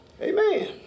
Amen